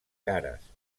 cares